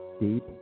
Deep